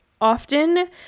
Often